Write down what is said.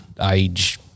age